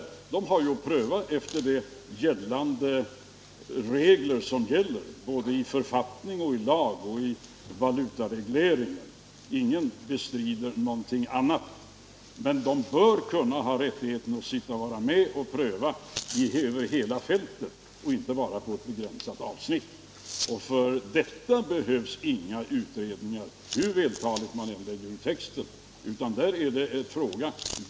Ledamöterna har att pröva ärendena efter gällande regler i författning, lag och valutareglering. Ingen bestrider detta. Representanterna för löntagarorganisationerna bör ha rättighet att vara med och pröva över hela fältet, inte bara på ett begränsat avsnitt. För detta behövs inga utredningar, hur vältaligt man än lägger ut texten.